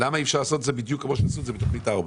ולמה אי אפשר לעשות את זה בדיוק כמו שעשו בתכנית 4?